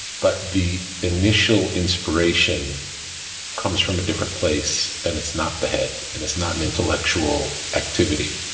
but, the initial inspiration comes from a different place, and it's not the head, and it's not an intellectual activity.